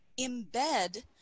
embed